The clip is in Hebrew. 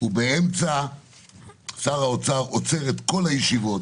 דבר נוסף שהוא בר-בדיקה ושמעתי דברים מכל מיני כיוונים,